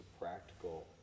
practical